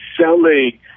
selling